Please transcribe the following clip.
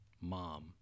Mom